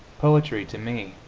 poetry, to me,